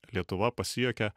lietuva pasijuokia